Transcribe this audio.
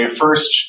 first